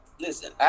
Listen